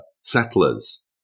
settlers